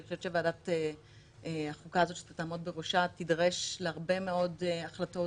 אני חושבת שוועדת החוקה שאתה תעמוד בראשה תידרש להרבה מאוד החלטות